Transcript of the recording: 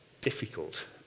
difficult